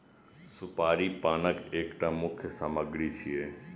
सुपारी पानक एकटा मुख्य सामग्री छियै